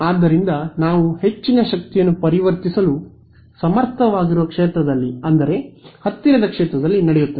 ಆದ್ದರಿಂದ ನಾವು ಹೆಚ್ಚಿನ ಶಕ್ತಿಯನ್ನು ಪರಿವರ್ತಿಸಲು ಸಮರ್ಥವಾಗಿರುವ ಕ್ಷೇತ್ರದಲ್ಲಿ ಅಂದರೆ ಹತ್ತಿರದ ಕ್ಷೇತ್ರದಲ್ಲಿ ನಡೆಯುತ್ತದೆ